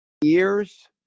years